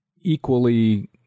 equally